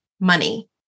money